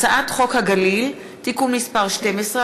הצעת חוק הגליל (תיקון מס׳ 12),